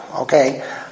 Okay